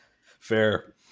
Fair